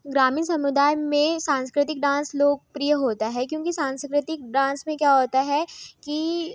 ग्रामीण समुदाय में सांस्कृतिक डांस लोकप्रिय होता है क्योंकि सांस्कृतिक डांस में क्या होता है कि